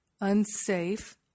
unsafe